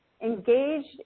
engaged